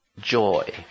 joy